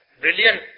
Brilliant